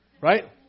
right